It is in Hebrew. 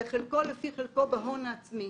זה חלקו לפי חלקו בהון העצמי.